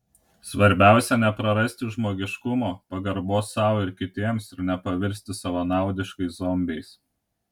svarbiausia neprarasti žmogiškumo pagarbos sau ir kitiems ir nepavirsti savanaudiškais zombiais